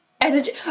Energy